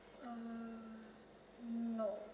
uh no